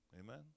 amen